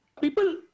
people